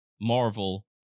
Marvel